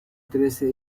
trece